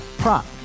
prop